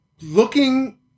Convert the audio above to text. looking